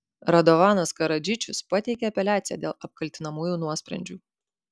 radovanas karadžičius pateikė apeliaciją dėl apkaltinamųjų nuosprendžių